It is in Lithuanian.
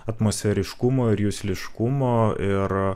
atmosferiškumo ir jusliškumo ir